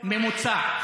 ממוצע.